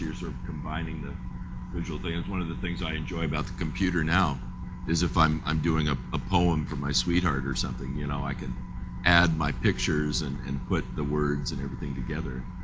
sort of combining the visual thing. it's one of the things i enjoy about the computer now is if i'm i'm doing a ah poem for my sweetheart or something, you know, i can add my pictures and and put the words and everything together.